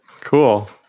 Cool